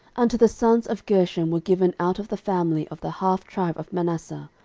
unto the sons of gershom were given out of the family of the half tribe of manasseh,